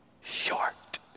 short